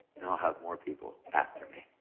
now i'll have more people after me.